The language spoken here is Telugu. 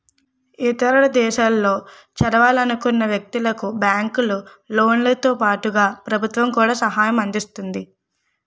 ఇతర దేశాల్లో చదవదలుచుకున్న వ్యక్తులకు బ్యాంకు లోన్లతో పాటుగా ప్రభుత్వం కూడా సహాయాన్ని అందిస్తుంది